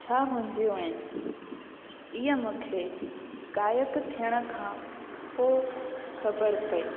छा हूंदियूं आहिनि इहा मूंखे गायक थियण खां पोइ ख़बर पई